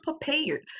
prepared